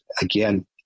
again